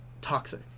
toxic